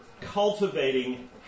cultivating